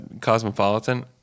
Cosmopolitan